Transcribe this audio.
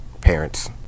parents